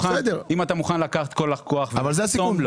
אם אתה מוכן לקחת את כל הכוח ולחתום לו --- אבל זה הסיכון.